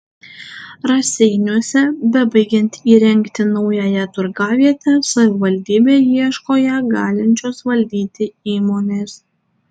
raseiniuose bebaigiant įrengti naująją turgavietę savivaldybė ieško ją galinčios valdyti įmonės